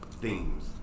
themes